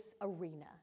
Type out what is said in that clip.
arena